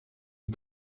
you